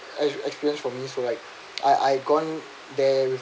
exp~ experience for me so like I I gone there with